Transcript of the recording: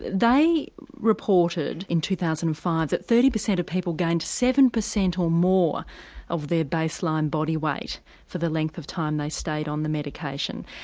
they reported in two thousand and five that thirty percent of people gained seven percent or more of their baseline body weight for the length of time that they stayed on the medication.